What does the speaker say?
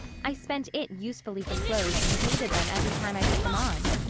i spent it usefully for clothes and hated them every time i put them on.